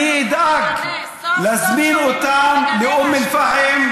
אני אדאג להזמין אותם לאום אל-פחם.